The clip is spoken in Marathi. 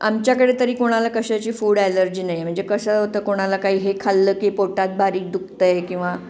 आमच्याकडे तरी कोणाला कशाची फूड ॲलर्जी नाही आहे म्हणजे कसं होतं कोणाला काही हे खाल्लं की पोटात बारीक दुखतं आहे किंवा